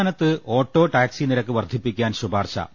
സംസ്ഥാനത്ത് auto taxi നിരക്ക് വർധിപ്പിക്കാൻ ശുപാർശ